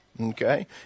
okay